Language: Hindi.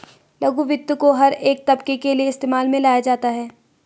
लघु वित्त को हर एक तबके के लिये इस्तेमाल में लाया जाता है